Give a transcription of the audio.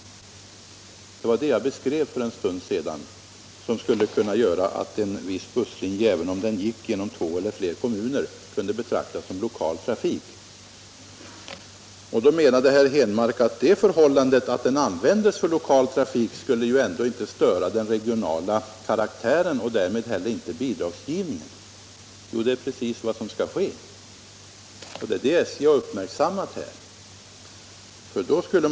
Det var det jag beskrev för en stund sedan och som skulle kunna göra att en viss busslinje, även om den gick genom två eller flera kommuner, kunde betraktas som lokal trafik. Herr Henmark menade att det förhållandet att linjen används för lokal trafik ändå inte skulle störa den regionala karaktären och därmed heller inte bidragsgivningen. Jo, det är precis vad som skall ske, och det är det som SJ här har uppmärksammat.